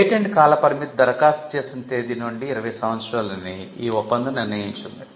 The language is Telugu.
పేటెంట్ కాల పరిమితి దరఖాస్తు చేసిన తేదీ నుండి 20 సంవత్సరాలు అని ఈ ఒప్పందం నిర్ణయించింది